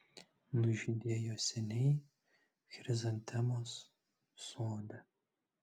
nužydėjo seniai chrizantemos sode